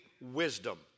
wisdom